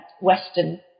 Western